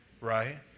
right